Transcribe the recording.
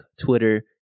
Twitter